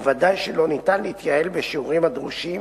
וודאי שלא ניתן להתייעל בשיעורים הדרושים